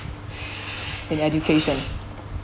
in education